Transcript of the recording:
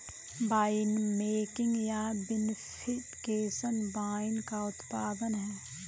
winemaking या vinification wine का उत्पादन है